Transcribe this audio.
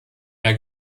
mehr